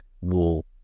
Wall